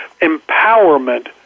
empowerment